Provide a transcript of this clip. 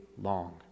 long